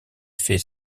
fait